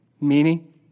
meaning